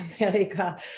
America